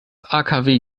akw